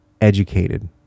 educated